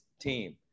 team